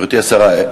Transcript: גברתי השרה,